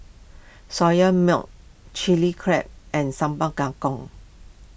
Soya Milk Chilli Crab and Sambal Kangkong